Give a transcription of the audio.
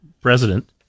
president